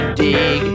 dig